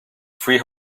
three